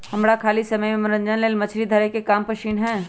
हमरा खाली समय में मनोरंजन लेल मछरी धरे के काम पसिन्न हय